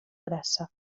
grassa